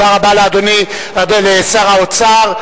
תודה רבה לאדוני, לשר האוצר.